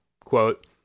quote